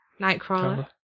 Nightcrawler